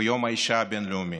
ביום האישה הבין-לאומי,